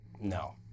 No